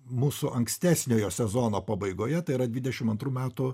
mūsų ankstesniojo sezono pabaigoje tai yra dvidešim antrų metų